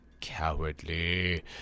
Cowardly